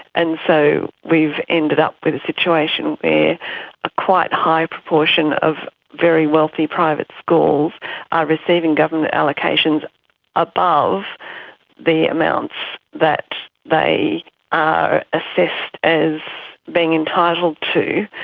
and so we've ended up with a situation where a quite high proportion of very wealthy private schools are receiving government allocations above the amounts that they are assessed as being entitled to,